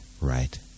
right